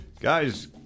Guys